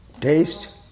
Taste